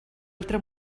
altra